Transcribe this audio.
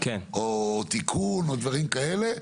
או תיקון או דברים כאלה,